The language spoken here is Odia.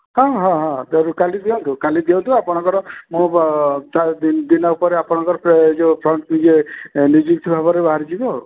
ହଁ ହଁ ହଁ କାଲି ଦିଅନ୍ତୁ କାଲି ଦିଅନ୍ତୁ ଆପଣଙ୍କର ମୁଁ ଚାରିଦିନ ଦିନକ ପରେ ଆପଣଙ୍କର ଏ ଯେଉଁ ଫ୍ରଣ୍ଟ୍ ଇଏ ନିଯୁକ୍ତି ଭାବରେ ବାହାରିଯିବ ଆଉ